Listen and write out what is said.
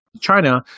China